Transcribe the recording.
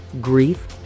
grief